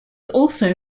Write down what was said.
also